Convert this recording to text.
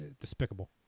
despicable